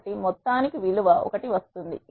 కాబట్టి మొత్తానికి విలువ ఒకటి వస్తుంది